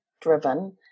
driven